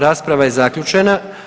Rasprava je zaključena.